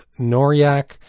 Noriak